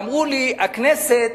ואמרו לי: הכנסת